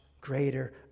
greater